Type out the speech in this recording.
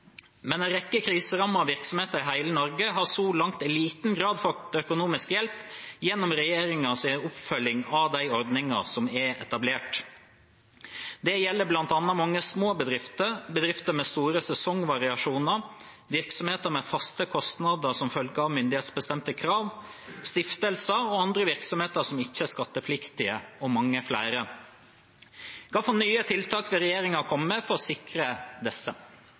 Men en rekke kriserammede virksomheter i hele Norge har så langt i liten grad fått økonomisk hjelp gjennom regjeringens oppfølging av de ordninger som er etablert. Dette gjelder bl.a. mange små bedrifter, bedrifter med store sesongvariasjoner, virksomheter med faste kostnader som følge av myndighetsbestemte krav, stiftelser og andre virksomheter som ikke er skattepliktige og mange flere. Hvilke nye tiltak vil regjeringen komme med for å sikre disse?»